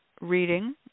reading